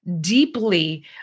deeply